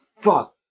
fuck